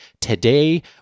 Today